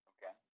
Okay